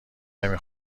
نمی